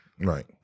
Right